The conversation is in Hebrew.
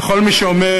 לכל מי שאומר: